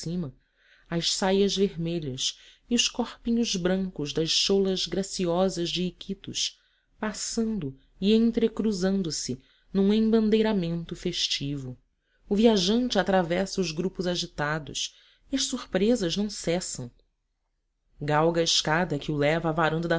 cima as saias vermelhas e os corpinhos brancos das cholas graciosas de iquitos passando e entrecruzando se num embandeiramento festivo o viajante atravessa os grupos agitados e as surpresas não cessam galga a escada que o leva à varanda